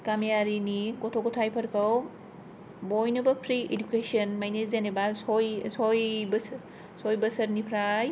गामियारिनि गथ गथाय फोरखौ बयनोबो फ्रि इदुकेसन मानि जेनेबा सय बोसोरनिफ्राय